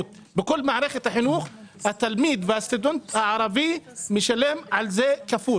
בכל מערכת החינוך התלמיד והסטודנט הערבי משלם על זה כפול